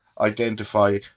identify